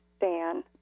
Dan